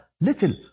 little